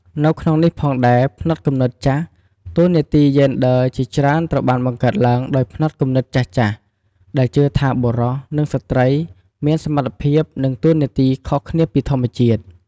នៅក្នុងនេះផងដែរផ្នត់គំនិតចាស់ តួនាទីយេនឌ័រជាច្រើនត្រូវបានបង្កើតឡើងដោយផ្នត់គំនិតចាស់ៗ ដែលជឿថាបុរស និងស្ត្រីមានសមត្ថភាព និងតួនាទីខុសគ្នាពីធម្មជាតិ។